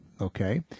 okay